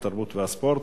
התרבות והספורט,